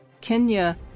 Kenya